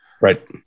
Right